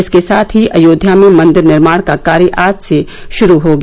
इसके साथ ही अयोध्या में मन्दिर निर्माण का कार्य आज से शुरू हो गया